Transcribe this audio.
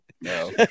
No